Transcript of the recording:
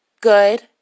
Good